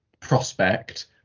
prospect